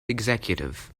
executive